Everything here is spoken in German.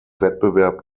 wettbewerb